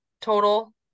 total